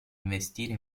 investire